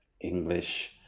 English